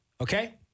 okay